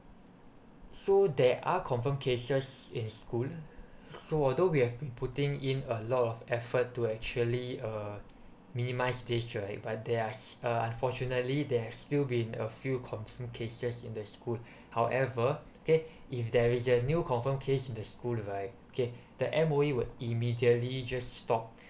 so there are confirmed cases in school so although we have been putting in a lot of effort to actually uh minimise this right but there are uh unfortunately they have still been a few confirm cases in the school however okay if there is a new confirm case in the school right okay the M_O_E will immediately just stop